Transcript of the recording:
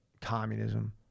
communism